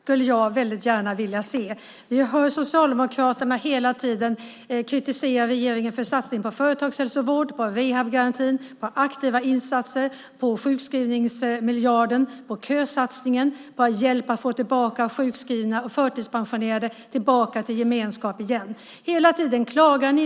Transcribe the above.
Herr talman! Ja, det alternativet skulle jag väldigt gärna vilja se! Jag hör hela tiden Socialdemokraterna kritisera regeringen för satsningarna på företagshälsovård, rehabgarantin, aktiva insatser, sjukskrivningsmiljarden, kösatsningen och hjälp att få tillbaka sjukskrivna och förtidspensionerade i gemenskapen igen. Hela tiden klagar ni.